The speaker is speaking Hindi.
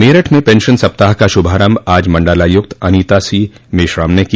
मेरठ में पेशन सप्ताह का श्रभारम्भ आज मंडलायुक्त अनीता सी मेश्राम ने किया